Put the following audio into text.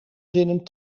zinnen